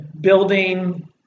building